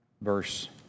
verse